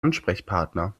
ansprechpartner